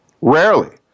Rarely